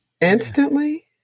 instantly